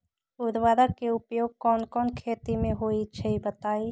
उर्वरक के उपयोग कौन कौन खेती मे होई छई बताई?